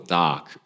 dark